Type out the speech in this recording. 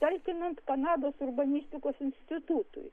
talkinant kanados urbanistikos institutui